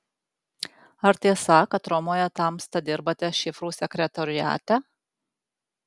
ar tiesa kad romoje tamsta dirbate šifrų sekretoriate